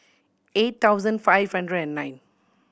eight thousand five hundred and nine